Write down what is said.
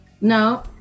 No